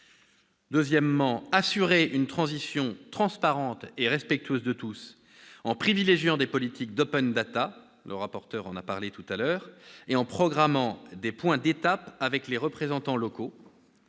concurrence ; assurer une transition transparente et respectueuse de tous en privilégiant des politiques d'- le rapporteur en a parlé -et en programmant des points d'étape avec les représentants locaux